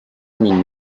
mine